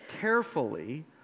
carefully